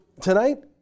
tonight